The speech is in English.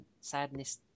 sadness